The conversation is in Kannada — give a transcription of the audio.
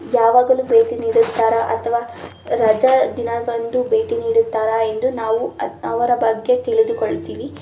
ಯಾವಾಗಲೂ ಭೇಟಿ ನೀಡುತ್ತಾರಾ ಅಥವಾ ರಜಾ ದಿನದಂದು ಭೇಟಿ ನೀಡುತ್ತಾರಾ ಎಂದು ನಾವು ಅವರ ಬಗ್ಗೆ ತಿಳಿದುಕೊಳ್ತೀವಿ